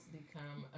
become